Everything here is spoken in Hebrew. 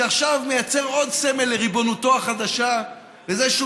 שעכשיו מייצר עוד סמל לריבונותו החדשה בזה שהוא